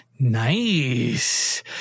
Nice